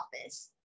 office